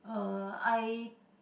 uh I